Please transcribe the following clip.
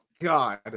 God